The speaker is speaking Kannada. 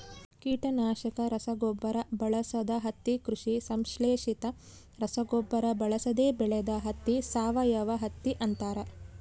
ಕೀಟನಾಶಕ ರಸಗೊಬ್ಬರ ಬಳಸದ ಹತ್ತಿ ಕೃಷಿ ಸಂಶ್ಲೇಷಿತ ರಸಗೊಬ್ಬರ ಬಳಸದೆ ಬೆಳೆದ ಹತ್ತಿ ಸಾವಯವಹತ್ತಿ ಅಂತಾರ